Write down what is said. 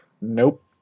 Nope